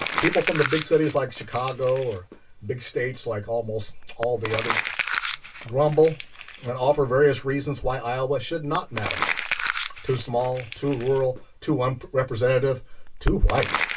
people from the big cities like chicago or big states like almost all the others grumble and then offer various reasons why iowa should not matter to small to rural to one representative to white